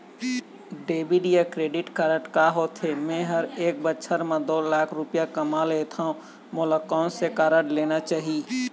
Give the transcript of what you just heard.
Debit या credit card का होथे, मे ह एक बछर म दो लाख रुपया कमा लेथव मोला कोन से कारड लेना चाही?